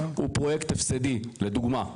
הוא פרויקט הפסדי, לדוגמה.